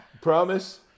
Promise